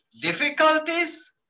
difficulties